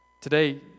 Today